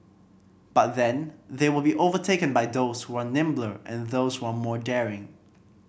but then they will be overtaken by those who are nimbler and those who are more daring